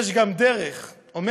והחשוב ביותר הוא האישה.